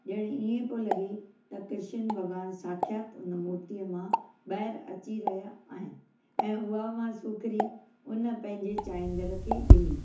ॼणु इएं पियो लॻे त कृष्ण भॻवानु साख्यात उन मूर्तीअ मां ॿाहरि अची रहा आहिनि ऐं उहा मां सुखड़ी उन पंहिंजे चाहींदड़ खे ॾिनी